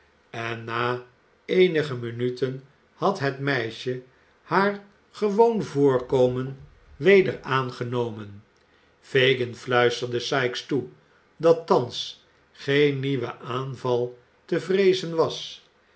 en na eenige minuten had het meisje haar gewoon voorkomen weder aangenomen fagin fluisterde sikes toe dat thans geen nieuwe aanval te vreezen was